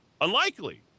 Unlikely